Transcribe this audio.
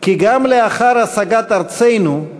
כי גם לאחר השגת ארצנו,